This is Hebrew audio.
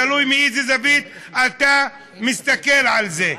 תלוי מאיזו זווית אתה מסתכל על זה.